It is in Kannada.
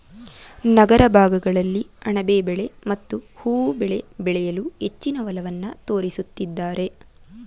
ನಗರ ಭಾಗಗಳಲ್ಲಿ ಅಣಬೆ ಬೆಳೆ ಮತ್ತು ಹೂವು ಬೆಳೆ ಬೆಳೆಯಲು ಹೆಚ್ಚಿನ ಒಲವನ್ನು ತೋರಿಸುತ್ತಿದ್ದಾರೆ